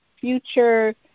future